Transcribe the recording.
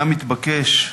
היה מתבקש,